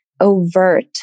overt